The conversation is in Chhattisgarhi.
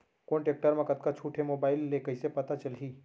कोन टेकटर म कतका छूट हे, मोबाईल ले कइसे पता चलही?